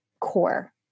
core